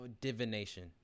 divination